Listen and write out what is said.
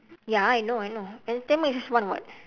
ya I know I know and tamil is one [what]